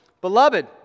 Beloved